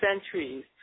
centuries